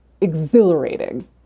exhilarating